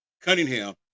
Cunningham